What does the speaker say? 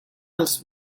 als